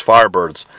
Firebirds